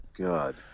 God